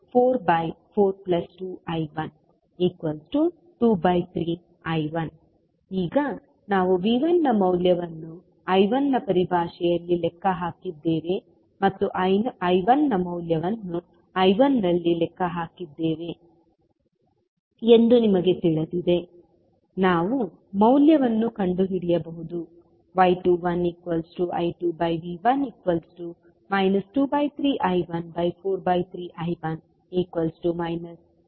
I2442I123I1 ಈಗ ನಾವು V1 ನ ಮೌಲ್ಯವನ್ನು I1 ನ ಪರಿಭಾಷೆಯಲ್ಲಿ ಲೆಕ್ಕ ಹಾಕಿದ್ದೇವೆ ಮತ್ತು I2 ನ ಮೌಲ್ಯವನ್ನು I1 ನಲ್ಲಿ ಲೆಕ್ಕ ಹಾಕಿದ್ದೇವೆ ಎಂದು ನಿಮಗೆ ತಿಳಿದಿದೆ ನಾವು ಮೌಲ್ಯವನ್ನು ಕಂಡುಹಿಡಿಯಬಹುದು y21I2V1 23I143I1 0